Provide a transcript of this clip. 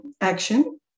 action